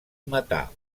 matar